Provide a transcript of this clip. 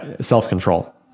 self-control